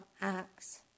acts